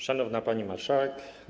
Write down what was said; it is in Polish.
Szanowna Pani Marszałek!